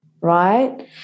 right